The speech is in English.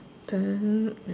then